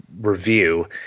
review